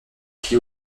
qui